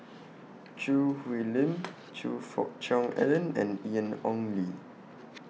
Choo Hwee Lim Choe Fook Cheong Alan and Ian Ong Li